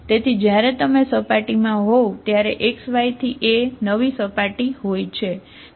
તેથી જ્યારે તમે સપાટીમાં હોવ ત્યારે x y થી a નવી સપાટી હોય છે